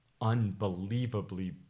unbelievably